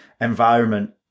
environment